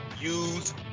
use